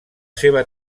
seva